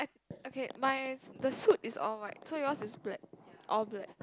okay my the suit is all white so yours is black all black